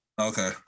Okay